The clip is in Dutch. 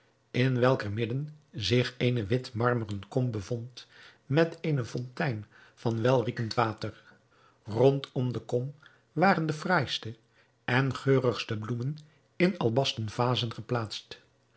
in welker midden zich eene wit marmeren kom bevond met eene fontein van welriekend water rondom de kom waren de fraaiste en geurigste bloemen in albasten vazen geplaatst